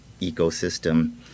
ecosystem